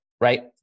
right